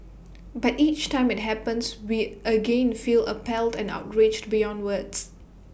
but each time IT happens we again feel appalled and outraged beyond words